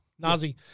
Nazi